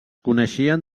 coneixien